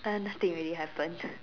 uh nothing really happened